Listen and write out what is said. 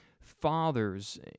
fathers